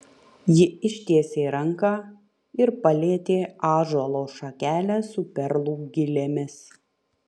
ji ištiesė ranką ir palietė ąžuolo šakelę su perlų gilėmis